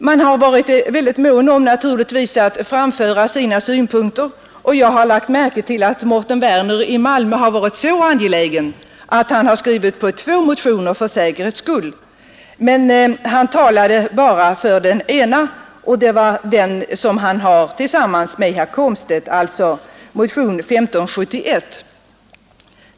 Man har varit mycket mån om att framföra sina synpunkter, och jag har lagt märke till att herr Mårten Werner i Malmö varit så angelägen, att han för säkerhets skull skrivit under två motioner. Han talade här emellertid bara för motionen 1571, som han har tillsammans med herr Komstedt.